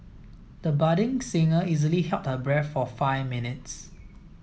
the budding singer easily held her breath for five minutes